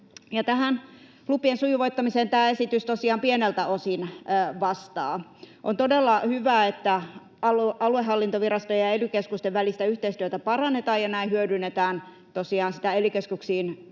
Tähän lupien sujuvoittamiseen tämä esitys tosiaan pieneltä osin vastaa. On todella hyvä, että aluehallintovirastojen ja ely-keskusten välistä yhteistyötä parannetaan ja näin hyödynnetään tosiaan sitä ely-keskuksiin